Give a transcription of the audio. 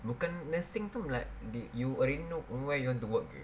bukan nursing tu like you already know where you want to work already